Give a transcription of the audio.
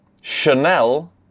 Chanel